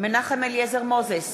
מנחם אליעזר מוזס,